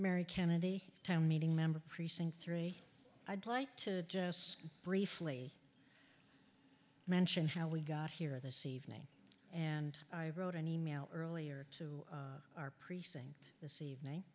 mary kennedy time meeting member precinct three i'd like to just briefly mention how we got here this evening and i wrote an e mail earlier to our precinct this evening